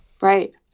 Right